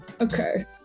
okay